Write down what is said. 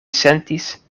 sentis